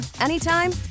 anytime